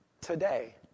today